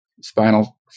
spinal